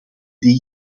die